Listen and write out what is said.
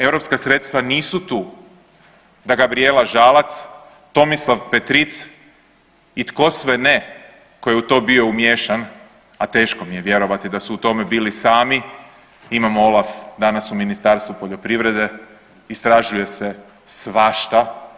Europska sredstva nisu tu da Gabrijela Žalac, Tomislav Petric i tko sve ne koji je u to bio umiješan, a teško mi je vjerovati da su u tome bili sami, imamo OLAF danas u Ministarstvu poljoprivrede istražuje se svašta.